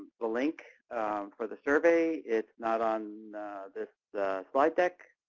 the link for the survey is not on this slide deck.